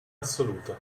assoluto